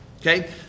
Okay